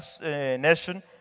nation